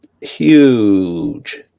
huge